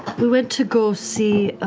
we went to go see